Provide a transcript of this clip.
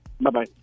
Bye-bye